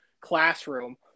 classroom